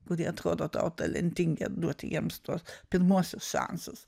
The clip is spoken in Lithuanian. kurie atrodo tau talentingi ir duoti jiems tuos pirmuosius seansus